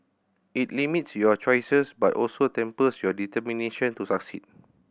it limits your choices but also tempers your determination to succeed